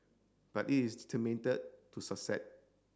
but it is to succeed